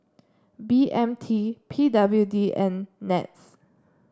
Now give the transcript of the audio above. B M T P W D and NETS